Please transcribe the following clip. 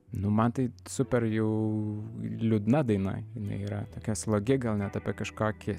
nu man tai super jau liūdna daina jinai yra tokia slogi gal net apie kažkokį